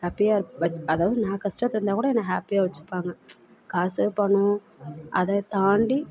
ஹேப்பியாக இரு வச்சு அதாவது நான் கஷ்டத்துல இருந்தால்கூட என்னை ஹேப்பியாக வச்சுப்பாங்க காசு பணம் அதை தாண்டி